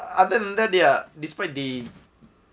other than that ya despite the